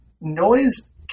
noise